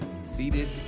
seated